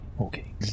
Okay